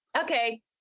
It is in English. okay